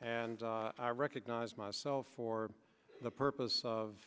and recognize myself for the purpose of